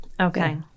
Okay